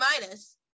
minus